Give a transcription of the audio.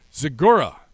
Zagora